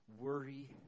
worry